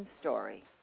story